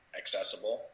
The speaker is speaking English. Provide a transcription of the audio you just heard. accessible